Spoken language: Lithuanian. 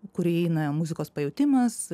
kur įeina muzikos pajautimas